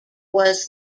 was